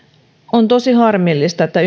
on tosi harmillista että